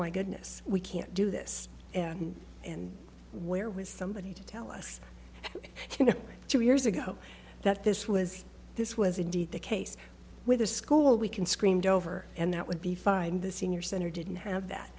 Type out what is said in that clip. my goodness we can't do this and and where was somebody to tell us you know two years ago that this was this was indeed the case with the school we can screamed over and that would be fine the senior center didn't have